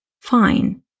fine